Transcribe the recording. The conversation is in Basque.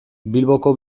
bilboko